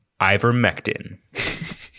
Ivermectin